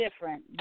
different